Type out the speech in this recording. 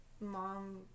mom